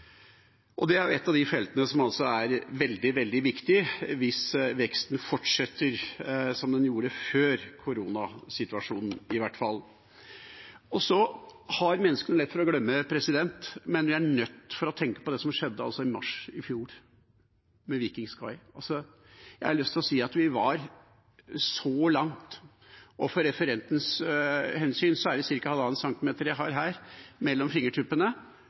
Det er et av de feltene som er veldig, veldig viktige hvis veksten fortsetter som den gjorde før koronasituasjonen, i hvert fall. Menneskene har lett for å glemme, men vi er nødt til å tenke på det som skjedde i mars i fjor med «Viking Sky». Jeg har lyst til å si at vi var så langt – av hensyn til referenten: Det er ca. 1,5 cm jeg har mellom fingertuppene